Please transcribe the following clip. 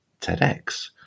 tedx